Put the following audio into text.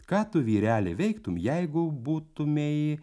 ką tu vyreli veiktum jeigu būtumei